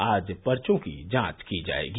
आज पर्चो की जांच की जायेगी